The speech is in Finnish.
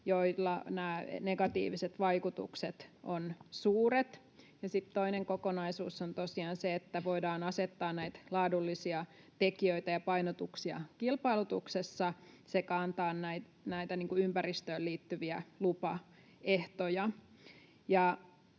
joilla nämä negatiiviset vaikutukset ovat suuret. Sitten toinen kokonaisuus on tosiaan se, että voidaan asettaa näitä laadullisia tekijöitä ja painotuksia kilpailutuksessa sekä antaa näitä ympäristöön liittyviä lupaehtoja.